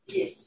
Yes